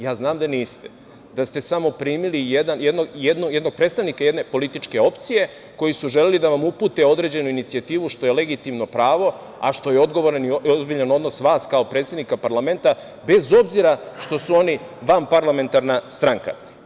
Ja znam da niste, da ste samo primili jednog predstavnika jedne političke opcije, koji su želeli da vam upute određenu inicijativu, što je legitimno pravo, a što je odgovoran i ozbiljan odnos vas kao predsednika parlamenta, bez obzira što su oni vanparlamentarna stranka.